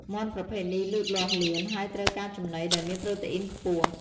មាន់ប្រភេទនេះលូតលាស់លឿន ហើយត្រូវការចំណីដែលមានប្រូតេអ៊ីនខ្ពស់។